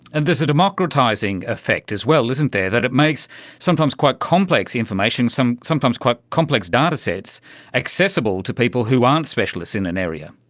and there's a democratising effect as well, isn't there, that it makes sometimes quite complex information, sometimes quite complex datasets accessible to people who aren't specialist in an area.